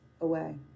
away